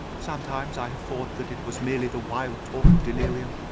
sometimes i have thought that it was merely the wild talk of delirium,